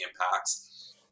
impacts